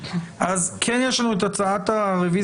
אני מבין שיש לפנינו נוסח שהובא על ידי חברות